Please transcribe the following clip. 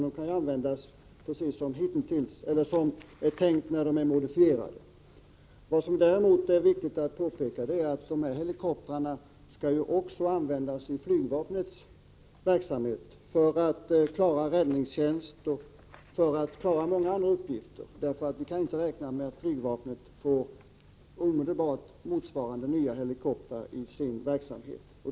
De kan användas precis på samma sätt som är tänkt att de skall användas när de är modifierade. Vad som däremot är viktigt att påpeka är att dessa helikoptrar också skall användas i flygvapnets verksamhet för räddningstjänst och många andra uppgifter. Vi kan inte räkna med att flygvapnet omedelbart får motsvarande nya helikoptrar till sin verksamhet.